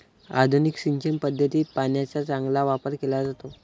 आधुनिक सिंचन पद्धतीत पाण्याचा चांगला वापर केला जातो